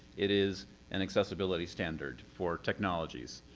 it is an accessibility standard for technologies.